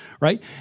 right